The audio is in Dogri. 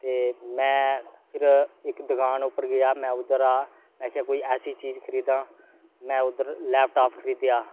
ते मैं फिर इक दकान पर गेआ मैं ओह्दे'रा मैं आखेआ कोई ऐसी चीज खरीदां मैं उद्धर लैपटाप खरीदेआ